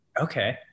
Okay